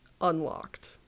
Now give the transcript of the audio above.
unlocked